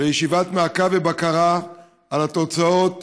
לישיבת מעקב ובקרה על התוצאות